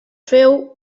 féu